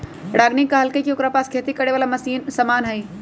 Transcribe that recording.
रागिनी कहलकई कि ओकरा पास खेती करे वाला समान हई